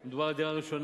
אם מדובר על דירה ראשונה,